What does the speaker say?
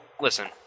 Listen